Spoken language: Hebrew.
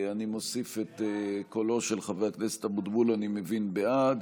את קולו של חבר הכנסת אבוטבול, אני מבין, בעד,